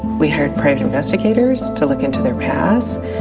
we hired private investigators to look into their past,